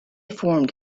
formed